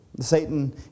Satan